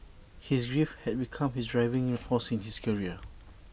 his grief had become his driving in force in his career